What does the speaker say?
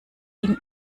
ihm